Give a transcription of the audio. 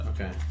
Okay